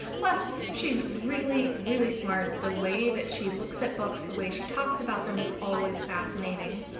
plus she's really, really smart. the way that she looks at books, the way she talks about them is always fascinating.